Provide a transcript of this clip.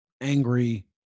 angry